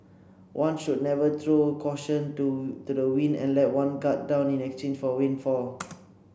one should never throw caution to to the wind and let one guard down in exchange for a windfall